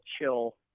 chill